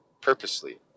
purposely